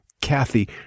Kathy